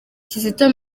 kizito